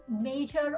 major